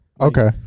Okay